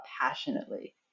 passionately